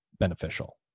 Beneficial